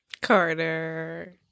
Carter